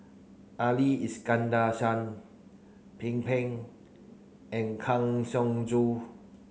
Ali Iskandar Shah Pin Peng and Kang Siong Joo